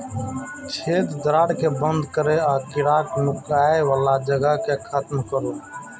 छेद, दरार कें बंद करू आ कीड़ाक नुकाय बला जगह कें खत्म करू